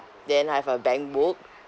then I have a bank book